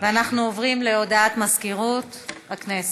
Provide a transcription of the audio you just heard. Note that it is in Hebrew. אנחנו עוברים להודעת מזכירות הכנסת.